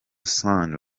san